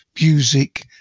music